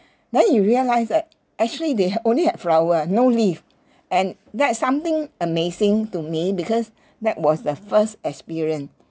then you realise that actually they had only had flower no leave and that's something amazing to me because that was the first experience